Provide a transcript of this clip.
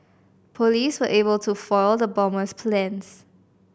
police were able to foil the bomber's plans